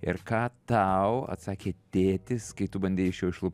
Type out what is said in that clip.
ir ką tau atsakė tėtis kai tu bandei iš jo išlupt